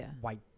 White